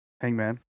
Hangman